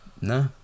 No